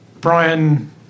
Brian